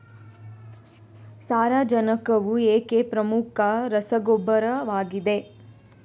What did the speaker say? ಸಾರಜನಕವು ಏಕೆ ಪ್ರಮುಖ ರಸಗೊಬ್ಬರವಾಗಿದೆ?